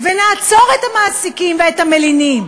ונעצור את המעסיקים ואת המלינים,